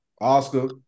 Oscar